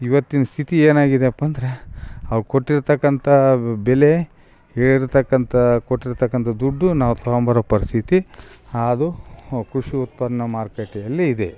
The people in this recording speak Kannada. ಇವತ್ತಿನ ಸ್ಥಿತಿ ಏನಾಗಿದ್ಯಪ್ಪಾ ಅಂದರೆ ಅವ್ರು ಕೊಟ್ಟಿರ್ತಕ್ಕಂಥ ಬೆಲೆ ಏರಿರ್ತಕ್ಕಂಥ ಕೊಟ್ಟಿರ್ತಕ್ಕಂಥ ದುಡ್ಡು ನಾವು ತಗೊಂಬರೋ ಪರಿಸ್ಥಿತಿ ಅದು ಅವು ಕೃಷಿ ಉತ್ಪನ್ನ ಮಾರುಕಟ್ಟೆ ಅಲ್ಲಿ ಇದೆ